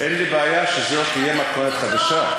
אין לי בעיה שזאת תהיה מתכונת חדשה.